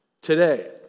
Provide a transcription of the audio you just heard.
today